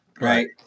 right